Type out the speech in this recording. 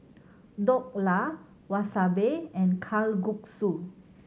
Dhokla Wasabi and Kalguksu